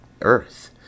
earth